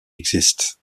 exists